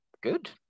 good